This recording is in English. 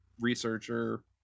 researcher